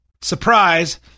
Surprise